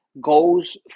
goes